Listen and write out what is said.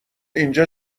اینجا